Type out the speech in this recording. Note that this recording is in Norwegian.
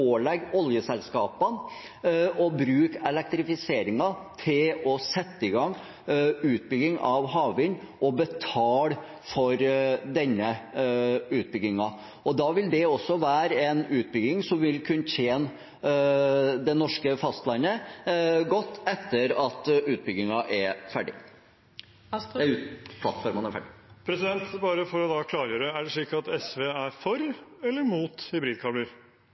oljeselskapene å bruke elektrifiseringen til å sette i gang utbygging av havvind og betale for denne utbyggingen. Da vil det også være en utbygging som vil kunne tjene det norske fastlandet godt etter at plattformene er ferdig. Bare for å klargjøre: Er det slik at SV er for eller mot